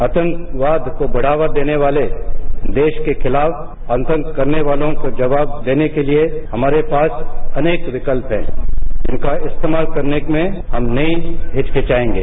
आतंकवाद को बढ़ावा देने वाले देश के खिलाफ आतंक करने वालों को जवाब देने के लिए हमारे पास अनेक विकल्प हैं जिनका इस्तेमाल करने में हम नहीं हिचकिचाएंगे